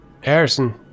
Harrison